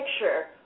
picture